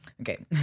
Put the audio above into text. Okay